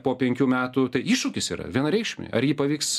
po penkių metų tai iššūkis yra vienareikšmiai ar jį pavyks